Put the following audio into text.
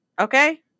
Okay